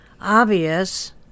obvious